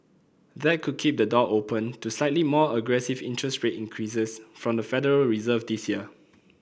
that could keep the door open to slightly more aggressive interest rate increases from the Federal Reserve this year